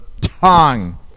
tongue